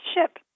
ship